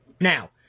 Now